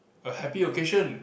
a happy occasion